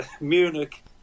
Munich